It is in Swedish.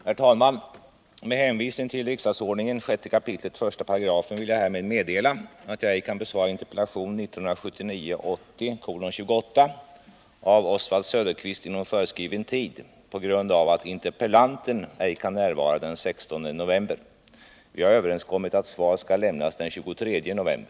Herr talman! Med hänvisning till riksdagsordningen 6 kap. 1§ vill jag härmed meddela att jag ej kan besvara interpellation 1979/80:28 av Oswald Söderqvist inom föreskriven tid på grund av att interpellanten ej kan närvara den 16 november. Vi har överenskommit att svar skall lämnas den 23 november.